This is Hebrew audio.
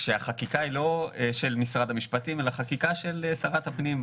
כשהחקיקה היא לא של משרד המשפטים אלא חקיקה של שרת הפנים,